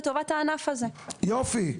לטובת הענף הזה --- יופי.